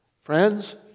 Friends